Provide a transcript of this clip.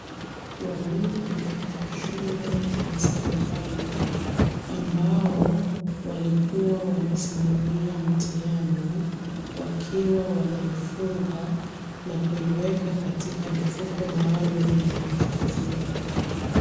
Walimu wa shule ya sekondari ambao walikuwa wanasimamia mtihani wakiwa wanaifunga na kuiweka kwenye mifuko maalumu ya kuhifadhia.